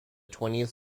twentieth